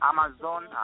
Amazon